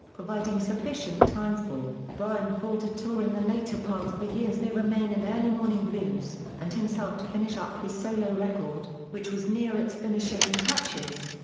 providing sufficient time for but time for to tour in the later parts of the year as they remain in early morning blues and himself to finish up his solo record, which was near its finishing touches.